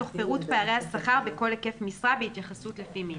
תוך פירוט פערי השכר בכל היקף משרה בהתייחסות לפי מין.